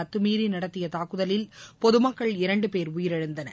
அத்துமீறி நடத்திய தாக்குதலில் பொதுமக்கள் இரண்டு பேர் உயிரிழந்தனர்